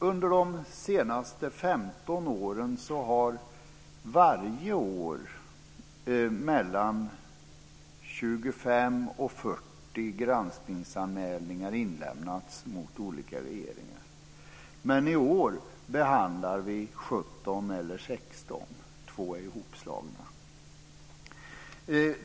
Under de senaste 15 åren har varje år 25-40 granskningsanmälningar inlämnats mot olika regeringar. I år behandlar vi 17, eller 16 - 2 är hopslagna.